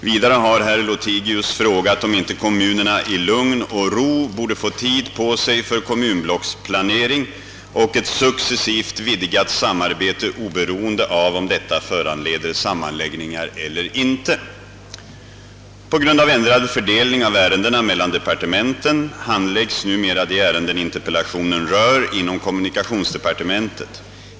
Vidare har herr Lothigius frågat om inte kommunerna i lugn och ro borde få tid på sig för kommunblocksplanering och ett successivt vidgat samarbete oberoende av om detta föranleder sammanläggningar eller inte. På grund av ändrad fördelning av ärendena mellan departementen handläggs numera de ärenden interpellationen rör inom kommunikationsdepartementet.